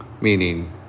meaning